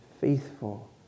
faithful